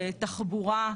תחבורה,